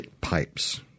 pipes